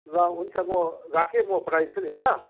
ल हुन्छ म राखेँ म पठाइदिन्छु नि ल